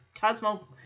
Cosmo